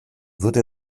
wurde